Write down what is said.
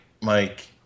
Mike